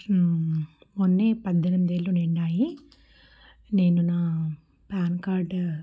మొన్నే పద్దెనిమిది ఏళ్ళు నిండాయి నేను నా పాన్ కార్డ్